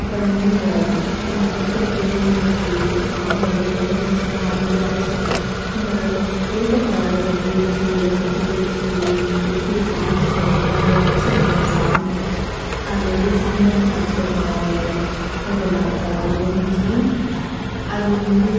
அப்புறம் வந்து இந்த மரத்தில் பேய் இருக்குது மரம் ஏதாவது உடஞ்சிரிச்சின்னா அது ஏதோ அபசகுணம் இந்த வேப்ப மரம் எதாவது உடஞ்சிருச்சி இல்லை செத்து போய்டிச்சி அப்படியே கீழே சாஞ்சிடிச்சி அப்படின்னா அது ஏதோ அபசகுணம் சாமி அது வந்து சாமியாகதான கன்சிடர் பண்ணுவோம் அந்த வேப்ப மரத்தை அது விழுந்திருச்சின்னா அது வந்து